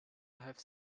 have